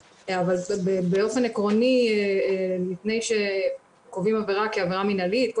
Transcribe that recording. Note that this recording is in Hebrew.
באופן עקרוני לפני שקובעים עבירה כעבירה מינהלית בחוק,